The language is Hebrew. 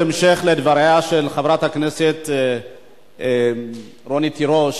בהמשך לדבריה של חברת הכנסת רונית תירוש,